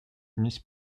miss